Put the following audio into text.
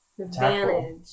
Advantage